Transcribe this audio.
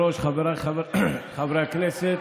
אדוני היושב-ראש, חבריי חברי הכנסת,